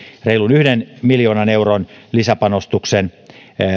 yhden miljoonan euron lisäpanostuksen